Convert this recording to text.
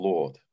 Lord